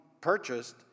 purchased